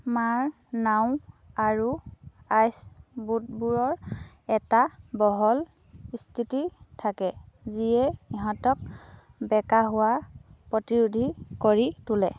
মাৰ নাও আৰু আইচবোটবোৰৰ এটা বহল স্থিতি থাকে যিয়ে ইহঁতক বেঁকা হোৱাৰ প্ৰতিৰোধী কৰি তোলে